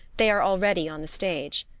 they are already on the stage.